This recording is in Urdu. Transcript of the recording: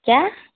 کیا